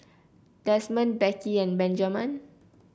Desmond Becky and Benjaman